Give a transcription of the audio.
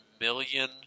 million